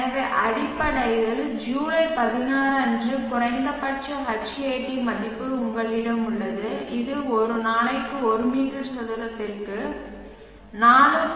எனவே அடிப்படையில் ஜூலை 16 அன்று குறைந்தபட்ச Hat மதிப்பு உங்களிடம் உள்ளது இது ஒரு நாளைக்கு ஒரு மீட்டர் சதுரத்திற்கு 4